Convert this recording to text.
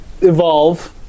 evolve